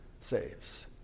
saves